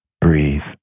Breathe